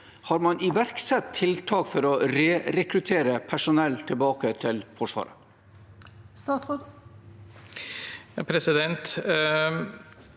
Har man iverksatt tiltak for å re-rekruttere personell tilbake til Forsvaret?